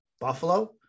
Buffalo